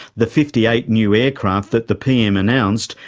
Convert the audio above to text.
the fifty eight new aircraft that the pm announced,